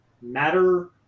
Matter